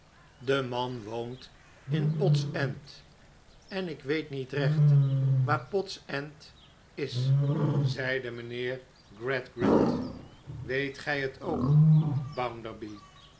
de man woont in pod's end en ik weet niet recht waar pod's end is zeide mijnheer gradgrind weet gij het ook